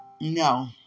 No